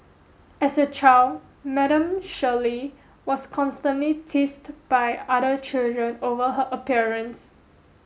as a child Madam Shirley was constantly teased by other children over her appearance